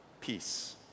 Peace